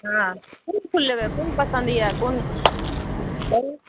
हँ कोन फूल लैबे कोन पसन्द यऽ कोन करु